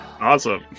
awesome